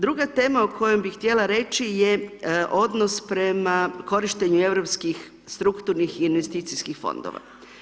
Druga tema o kojom bi htjela reći je odnos prema korištenju Europskih strukturnih i investicijskih fondova.